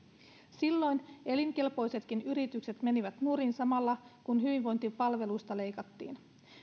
silloin elinkelpoisetkin yritykset menivät nurin samalla kun hyvinvointipalveluista leikattiin